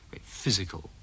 physical